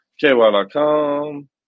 KY.com